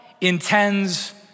intends